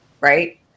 right